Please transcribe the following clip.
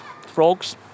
frogs